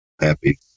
happy